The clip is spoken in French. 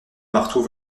marteau